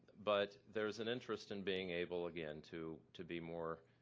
but there's an interest in being able again to to be more